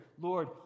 Lord